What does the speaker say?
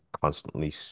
constantly